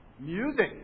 Music